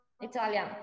Italian